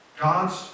God's